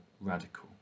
radical